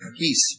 peace